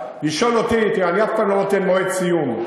לשאול אותי, תראה, אני אף פעם לא נותן מועד סיום.